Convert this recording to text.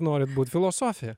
norit būt filosofe